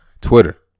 Twitter